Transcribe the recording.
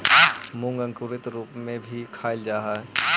मूंग अंकुरित रूप में भी खाल जा हइ